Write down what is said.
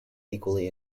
equally